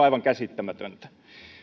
aivan käsittämätöntä